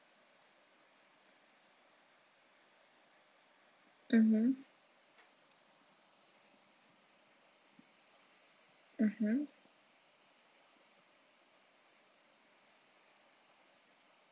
mmhmm mmhmm